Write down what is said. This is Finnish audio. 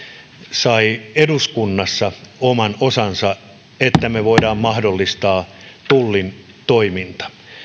sai eduskunnassa oman osansa niin että me voimme mahdollistaa tullin toiminnan